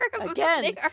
Again